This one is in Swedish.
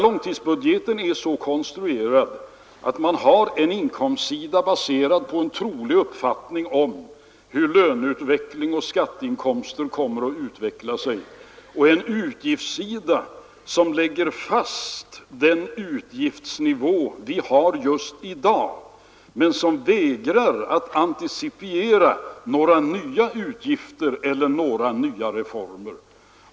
Långtidsbudgeten är så konstruerad att man har en inkomstsida baserad på en uppfattning om hur lönerna och skatteinkomsterna kommer att utveckla sig och en utgiftssida där den utgiftsnivå vi har i dag läggs fast och där man vägrar att antecipera nya utgifter och kostnaderna för nya reformer.